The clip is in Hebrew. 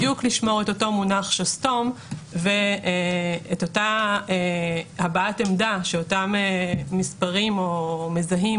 בדיוק לשמור את מונח השסתום ואת אותה הבעת עמדה שאותם מספרים או מזהים